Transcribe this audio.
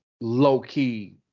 low-key—